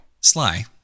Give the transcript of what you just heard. Sly